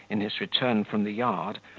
in his return from the yard,